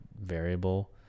variable